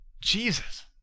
Jesus